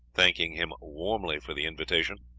thanking him warmly for the invitation,